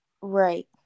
Right